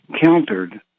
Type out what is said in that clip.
countered